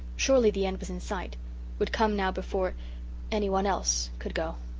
surely the end was in sight would come now before anyone else could go.